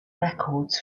records